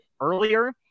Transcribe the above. earlier